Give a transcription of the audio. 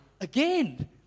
again